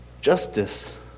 Justice